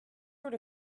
sort